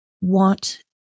want